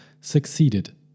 succeeded